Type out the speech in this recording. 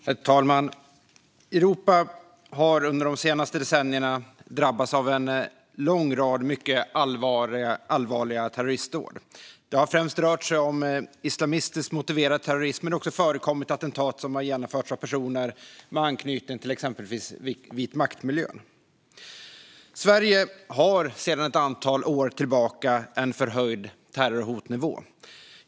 Herr talman! Europa har under de senaste decennierna drabbats av en lång rad mycket allvarliga terroristdåd. Det har främst rört sig om islamistiskt motiverad terrorism, men det har också förekommit attentat som genomförts av personer med anknytning till exempelvis vitmaktmiljön. Sverige har sedan ett antal år tillbaka en förhöjd terrorhotnivå.